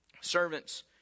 servants